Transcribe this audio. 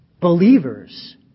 believers